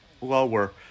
lower